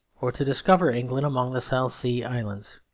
or to discover england among the south sea islands.